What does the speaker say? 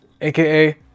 aka